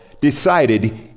decided